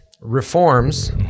reforms